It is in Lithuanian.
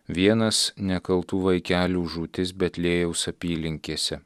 vienas nekaltų vaikelių žūtis betliejaus apylinkėse